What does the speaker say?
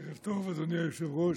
ערב טוב, אדוני היושב-ראש.